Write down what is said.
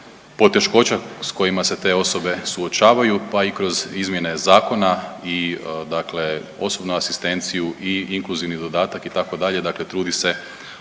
poteškoća s kojima se te osobe suočavaju pa i kroz izmjene zakona i dakle osobnu asistenciju i inkluzivni dodatak itd., dakle trudi se